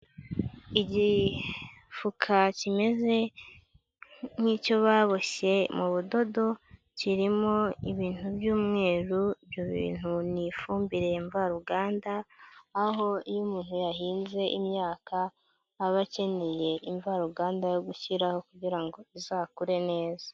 Igifuka kimeze nk'icyo baboshye mu budodo, kirimo ibintu by'umweru, ibyo bintu ni ifumbire mvaruganda, aho iyo umuntu yahinze imyaka aba akeneye imvaruganda yo gushyiraho kugira ngo izakure neza.